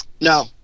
no